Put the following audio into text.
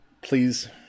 please